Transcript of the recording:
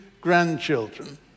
grandchildren